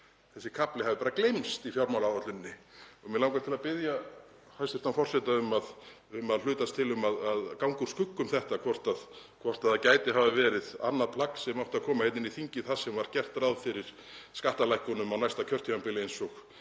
þessi kafli hafi bara gleymst í fjármálaáætluninni. Mig langar til að biðja hæstv. forseta um að hlutast til um að gengið verði úr skugga um þetta, hvort það gæti hafa verið annað plagg sem átti að koma hérna inn í þingið þar sem var gert ráð fyrir skattalækkunum á næsta kjörtímabili eins og